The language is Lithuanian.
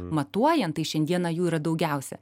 matuojant tai šiandieną jų yra daugiausia